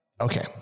Okay